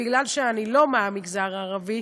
בגלל שאני לא מהמגזר הערבי,